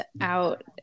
out